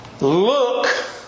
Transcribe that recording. look